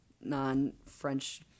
non-French